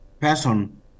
person